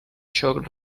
xoc